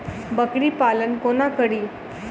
बकरी पालन कोना करि?